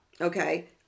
okay